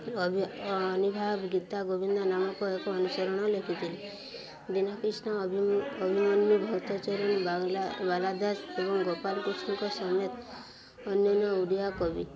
ଅଭି ଅନିଭାବ ଗୀତାଗୋବିନ୍ଦ ନାମକ ଏକ ଅନୁସରଣ ଲେଖିଥିଲି ଦିନକିଷ୍ଣ ଅଭି ଅଭିମନ୍ୟୁ ଭକ୍ତ ଚରଣୀ ବାଲା ବାଲାଦାସ ଏବଂ ଗୋପା କୃଷ୍ଣଙ୍କ ସମେତ ଅନ୍ୟାନ୍ୟ ଓଡ଼ିଆ କବି